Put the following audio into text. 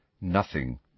Nothing